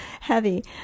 heavy